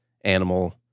animal